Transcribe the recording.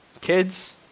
Kids